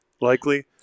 likely